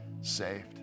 saved